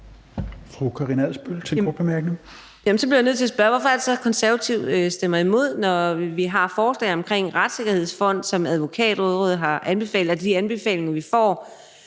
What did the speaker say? Karina Adsbøl (DF): Så bliver jeg nødt til at spørge: Hvorfor er det så, at Konservative stemmer imod, når vi har forslag omkring en retssikkerhedsfond, som Advokatrådet har anbefalet, og de anbefalinger, vi får